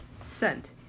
Scent